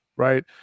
Right